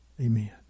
Amen